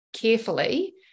carefully